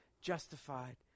justified